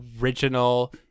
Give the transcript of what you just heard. original